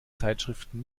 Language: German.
zeitschriften